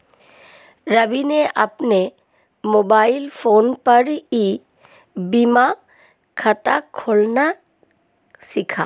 रवि ने अपने mobile phone पर ई बीमा खाता खोलना सीखा